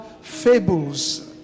fables